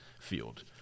field